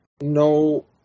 no